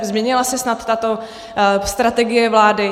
Změnila se snad tato strategie vlády?